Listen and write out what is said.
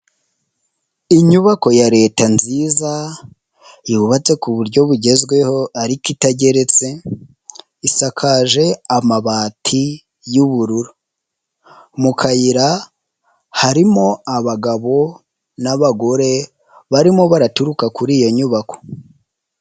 Inyubako ya Leta nziza yubatse ku buryo bugezweho ariko itageretse isakaje amabati y'ubururu, mu kayira harimo abagabo n'abagore barimo baraturuka kuri iyo nyubako.